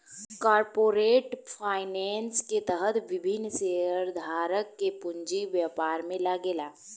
corporate finance के तहत विभिन्न शेयरधारक के पूंजी व्यापार में लागेला